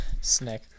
snake